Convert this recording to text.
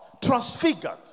transfigured